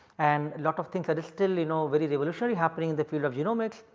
and lot of things are still you know very revolutionary happening in the field of genomics.